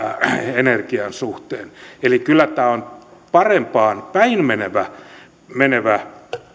ydinenergian suhteen eli kyllä tämä on parempaan päin menevä menevä